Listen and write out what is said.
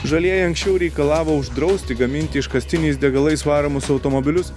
žalieji anksčiau reikalavo uždrausti gaminti iškastiniais degalais varomus automobilius